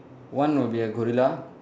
one will be a gorilla